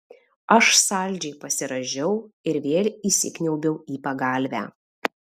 aš saldžiai pasirąžiau ir vėl įsikniaubiau į pagalvę